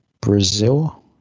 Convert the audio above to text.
Brazil